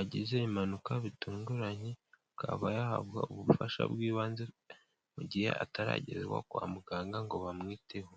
agize impanuka bitunguranye akaba yahabwa ubufasha bw'ibanze mu gihe ataragezwa kwa muganga ngo bamwiteho.